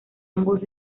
ambos